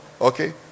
okay